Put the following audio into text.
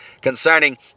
concerning